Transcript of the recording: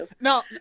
No